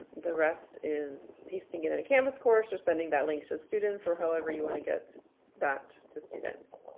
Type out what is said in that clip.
the rest is pasting in and a canvas course or sending that link to students or however you want to get that to students.